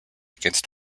against